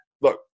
look